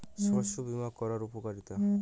শস্য বিমা করার উপকারীতা?